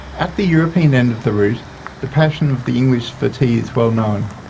at the european end of the route the passion of the english for tea is well known,